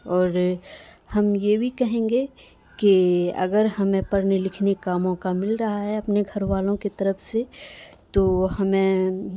اور ہم یہ بھی کہیں گے کہ اگر ہمیں پڑھنے لکھنے کا موقع مل رہا ہے اپنے گھر والوں کی طرف سے تو ہمیں